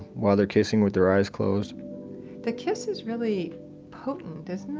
well, they're kissing with their eyes closed the kiss is really potent, isn't it?